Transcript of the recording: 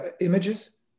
images